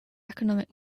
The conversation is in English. economic